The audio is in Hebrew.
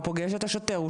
הוא פוגש את השוטר,